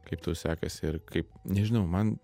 kaip tau sekasi ir kaip nežinau man